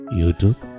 YouTube